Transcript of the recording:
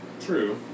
true